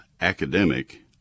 academic